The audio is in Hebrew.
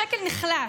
השקל נחלש,